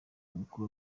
umukuru